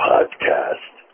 Podcast